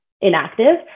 inactive